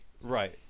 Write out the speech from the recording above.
Right